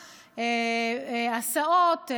להסעות,